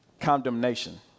condemnation